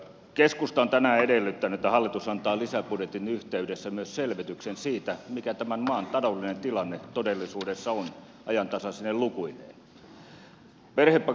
keskusta on tänään edellyttänyt että hallitus antaa lisäbudjetin yhteydessä myös selvityksen siitä mikä tämän maan taloudellinen tilanne todellisuudessa on ajantasaisine lukuineen